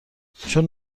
چون